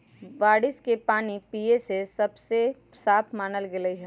बारिश के पानी पिये ला सबसे साफ मानल गेलई ह